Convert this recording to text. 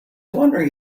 wondering